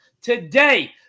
Today